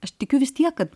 aš tikiu vis tiek kad